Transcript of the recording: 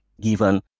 given